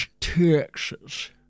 texas